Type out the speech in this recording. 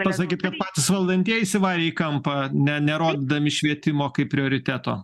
pasakyt kad patys valdantieji įsivarė į kampą ne nerodydami švietimo kaip prioriteto